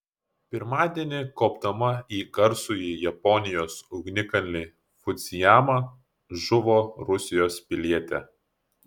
pirmadienį kopdama į garsųjį japonijos ugnikalnį fudzijamą žuvo rusijos pilietė